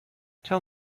tell